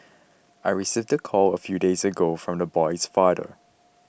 I received the call a few days ago from the boy's father